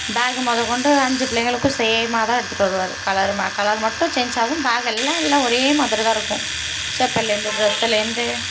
bag மொதல் கொண்டு அஞ்சு பிள்ளைகளுக்கும் சேமாக தான் எடுத்துட்டு வருவார் கலரு மா கலர் மட்டும் சேஞ்ச் ஆகும் பேக் எல்லாம் எல்லாம் ஒரே மாதிரி தான் இருக்கும் செப்பல்லேருந்து ட்ரெஸ்ஸுலேருந்து